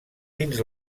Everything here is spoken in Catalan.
dins